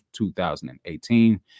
2018